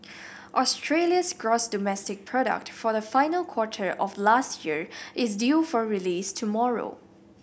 Australia's gross domestic product for the final quarter of last year is due for release tomorrow